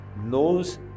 knows